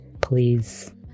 please